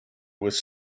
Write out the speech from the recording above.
with